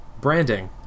Branding